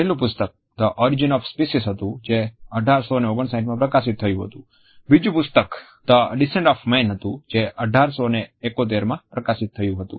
પહેલું પુસ્તક the origin of a species હતું જે 1859માં પ્રકાશિત થયું હતું બીજું પુસ્તક ધ ડીસન્ટ ઓફ મેન હતું જે 1871 માં પ્રકાશિત થયું હતું